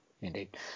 indeed